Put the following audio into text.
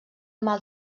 mal